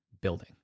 building